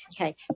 Okay